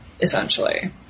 essentially